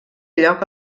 lloc